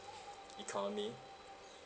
economy